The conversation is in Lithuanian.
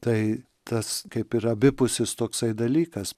tai tas kaip ir abipusis toksai dalykas